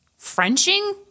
Frenching